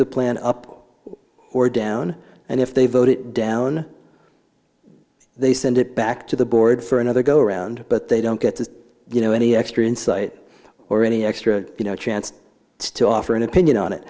the plan up or down and if they vote it down they send it back to the board for another go around but they don't get to you know any extra insight or any extra you know chance to offer an opinion on it